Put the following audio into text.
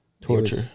Torture